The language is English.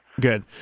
Good